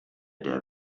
der